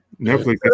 Netflix